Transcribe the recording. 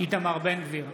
איתמר בן גביר,